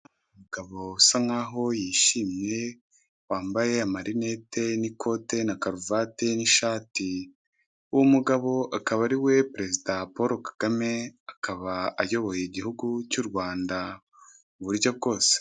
Umugabo usa nkaho yishimye wambaye amarinete n'ikote na karuvate n'ishati ,uwo mugabo akaba ariwe president paul kagame akaba ayoboye igihugu cy'urwanda .